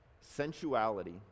sensuality